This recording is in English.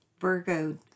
Virgo